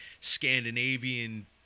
scandinavian